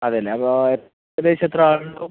അതെ അല്ലേ അപ്പം ഏകദേശം എത്ര ആൾ ഉണ്ടാവും